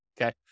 okay